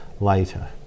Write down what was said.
later